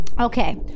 Okay